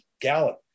Gallup